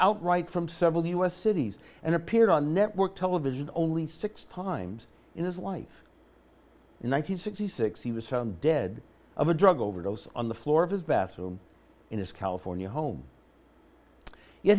outright from several u s cities and appeared on network television only six times in his life in one thousand sixty six he was found dead of a drug overdose on the floor of his bathroom in his california home ye